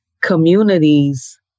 communities